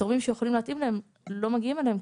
תורמים שיכולים להתאים להם לא מגיעים אליהם,